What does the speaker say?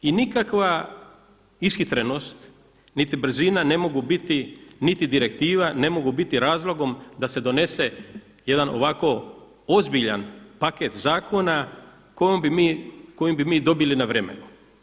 I nikakva ishitrenost niti brzina ne mogu biti niti direktiva, ne mogu biti razlogom da se donese jedan ovako ozbiljan paket zakona kojim bi mi dobili na vremenu.